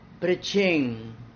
preaching